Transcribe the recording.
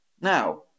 Now